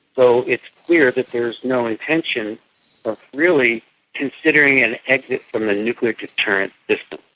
so it's clear that there is no intention of really considering an exit from the nuclear deterrent system.